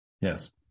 Yes